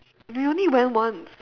we only went once